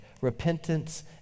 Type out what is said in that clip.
Repentance